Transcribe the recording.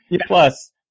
plus